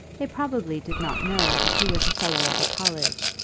they probably did not know that he was a fellow of a college,